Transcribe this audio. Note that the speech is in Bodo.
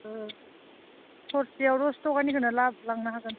थरसेयाव दस ताकानिखौनो लांनो हागोन